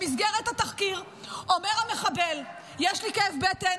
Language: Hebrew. במסגרת התחקיר אומר המחבל: יש לי כאב בטן,